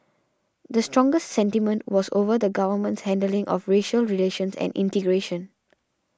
the strongest sentiment was over the government's handling of racial relations and integration